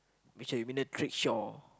beca you mean the trickshaw